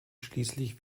schließlich